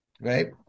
right